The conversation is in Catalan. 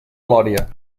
lòria